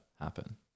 happen